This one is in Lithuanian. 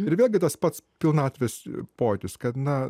ir vėlgi tas pats pilnatvės pojūtis kad na